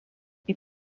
est